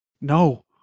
No